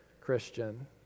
Christian